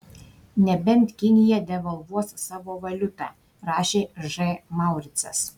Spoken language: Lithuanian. nebent kinija devalvuos savo valiutą rašė ž mauricas